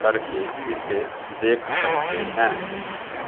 करके इसे देख सकते हैं